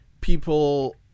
people